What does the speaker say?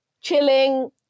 Chilling